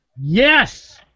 Yes